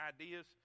ideas